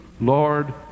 Lord